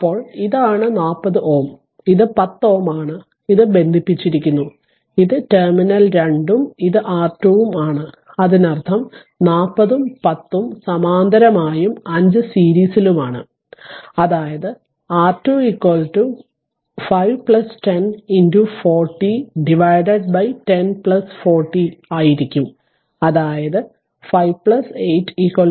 അപ്പോൾ ഇത് ആണ് 40 ohm ഇത് 10 ohm ആണ് ഇത് ബന്ധിപ്പിച്ചിരിക്കുന്നു ഇത് ടെർമിനൽ 2 ഉം ഇത് R2 ഉം ആണ് അതിനർത്ഥം 40 ഉം 10 ഉം സമാന്തരമായും 5 സീരീസിലുമാണ് അതായത് R2 5 10 40 10 40 കൊണ്ട് ആയിരിക്കും അതായത് 5 8 13 ohm